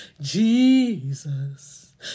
Jesus